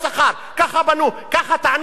ככה בנו, ככה טענו שבנו את